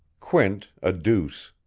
quint a deuce.